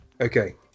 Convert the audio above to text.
okay